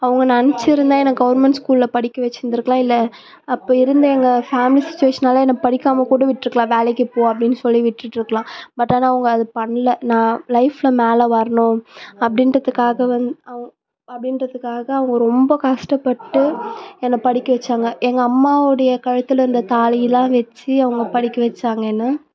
அவங்க நினைச்சிருந்தா எனக்கு கவர்மெண்ட் ஸ்கூலில் படிக்க வெச்சிருந்துருக்கலாம் இல்லை அப்போ இருந்த எங்கள் ஃபேமிலி சுச்சுவேஷன்னால் என்னை படிக்காமல் கூட விட்ருக்கலாம் வேலைக்கு போ அப்படின்னு சொல்லி விட்டுட்டுருக்கலாம் பட் ஆனால் அவங்க அதை பண்ணல நான் லைஃப்பில் மேலே வரணும் அப்படின்றதுக்காக வந்து அவுங்க அப்படின்றதுக்காக அவங்க ரொம்ப கஷ்டப்பட்டு என்னை படிக்க வெச்சாங்க எங்கள் அம்மாவுடைய கழுத்தில் இருந்த தாலிலாம் வெச்சு அவங்க படிக்க வெச்சாங்க என்னை